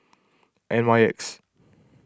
N Y X